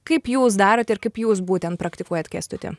kaip jūs darot ir kaip jūs būtent praktikuojat kęstutį